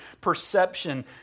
perception